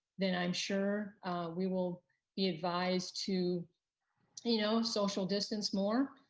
then i'm sure we will be advised to you know social distance more.